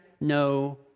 no